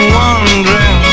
wondering